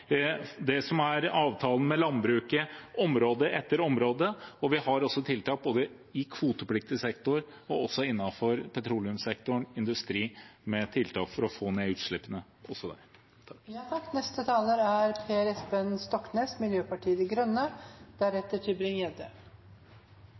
det som er avtalen med landbruket – område etter område. Vi har tiltak både innenfor kvotepliktig sektor og innenfor petroleumssektoren og industri for å få ned utslippene også der.